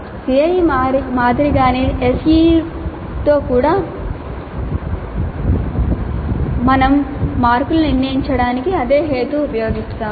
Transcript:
CIE మాదిరిగానే SEE తో కూడా మేము మార్కులను నిర్ణయించడానికి అదే హేతువును ఉపయోగిస్తాము